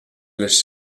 les